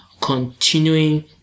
continuing